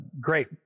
Great